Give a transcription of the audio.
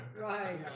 right